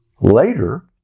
Later